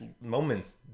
moments